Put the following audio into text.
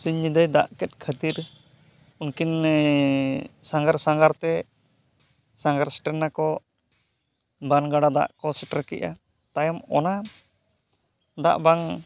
ᱥᱤᱧ ᱧᱤᱫᱟᱹᱭ ᱫᱟᱜ ᱠᱮᱫ ᱠᱷᱟᱹᱛᱤᱨ ᱩᱱᱠᱤᱱ ᱥᱟᱸᱜᱷᱟᱨ ᱥᱟᱸᱜᱷᱟᱨ ᱛᱮ ᱥᱟᱸᱜᱷᱟᱨ ᱥᱮᱴᱮᱨ ᱱᱟᱠᱚ ᱵᱟᱱ ᱜᱟᱰᱟ ᱫᱟᱜ ᱠᱚ ᱥᱮᱴᱮᱨ ᱠᱮᱜᱼᱟ ᱛᱟᱭᱚᱢ ᱚᱱᱟ ᱫᱟᱜ ᱵᱟᱝ